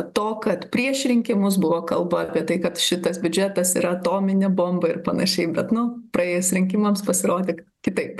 to kad prieš rinkimus buvo kalba apie tai kad šitas biudžetas yra atominė bomba ir panašiai bet nu praėjus rinkimams pasirodė kitaip